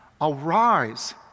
Arise